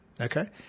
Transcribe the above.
Okay